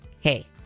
hey